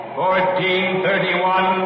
1431